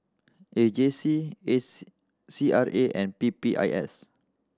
A J C A C C R A and P P I S